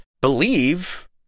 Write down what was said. believe